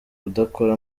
kudakora